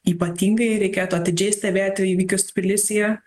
ypatingai reikėtų atidžiai stebėti įvykius tbilisyje